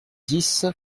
dix